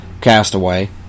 Castaway